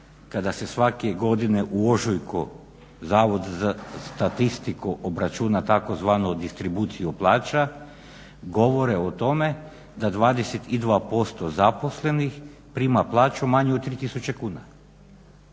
kada se svake godine u ožujku Zavod za statistiku obračuna tzv. distribuciju plaća, govore o tome da 22% zaposlenih prima plaću od manju od 3 tisuće